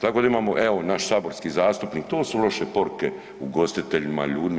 Tako da imamo, evo naš saborski zastupnik, to su loše poruke ugostiteljima, ljudima.